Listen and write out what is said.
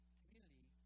community